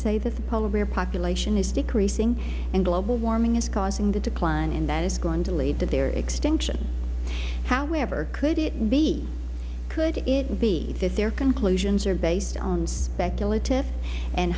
say that the polar bear population is decreasing and global warming is causing the decline and that is going to lead to their extinction however could it be could it be that their conclusions are based on speculative and